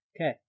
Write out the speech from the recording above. Okay